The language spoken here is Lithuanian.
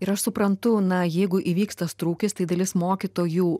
ir aš suprantu na jeigu įvyks tas trūkis tai dalis mokytojų